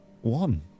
One